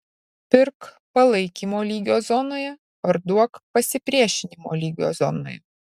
pirk palaikymo lygio zonoje parduok pasipriešinimo lygio zonoje